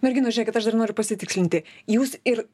merginos žiūrėkit aš dar noriu pasitikslinti jūs ir